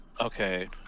Okay